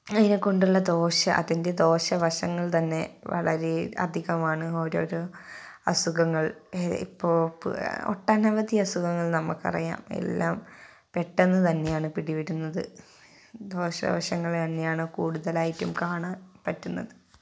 അതിനെ കൊണ്ടുള്ള ദോഷം അതിൻ്റെ ദോഷ വശങ്ങൾ തന്നെ വളരെ അധികമാണ് ഓരോ ഓരോ അസുഖങ്ങൾ ഇപ്പോൾ ഒട്ടനവധി അസുഖങ്ങൾ നമ്മൾക്ക് അറിയാം എല്ലാം പെട്ടെന്ന് തന്നെയാണ് പിടി വരുന്നത് ദോഷ വശങ്ങൾ തന്നെയാണ് കൂടുതലായിട്ടും കാണാൻ പറ്റുന്നത്